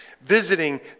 Visiting